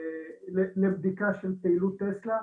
לבדיקה של פעילות טסלה.